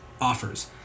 offers